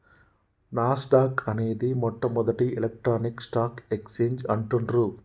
నాస్ dock అనేది మొట్టమొదటి electronic stock exchange అంటుండ్రు